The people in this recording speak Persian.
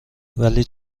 ولی